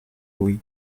louis